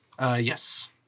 Yes